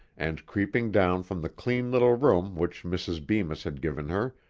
and, creeping down from the clean little room which mrs. bemis had given her,